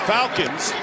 Falcons